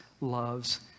loves